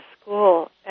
school